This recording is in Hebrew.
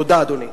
תודה, אדוני.